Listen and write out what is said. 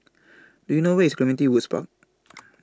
Do YOU know Where IS Clementi Woods Park